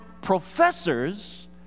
professors